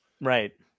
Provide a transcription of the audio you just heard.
Right